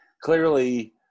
clearly